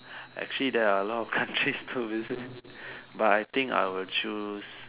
actually there are a lot of countries to visit but I think I would choose